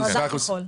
ההכנסה.